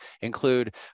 include